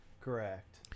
Correct